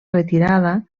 retirada